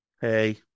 Hey